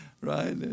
right